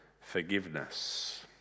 forgiveness